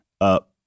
up